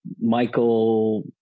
Michael